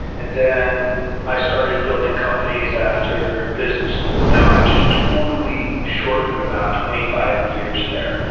and then i started building companies after business school. now, i've just totally shortened about twenty five years, there,